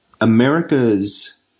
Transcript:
America's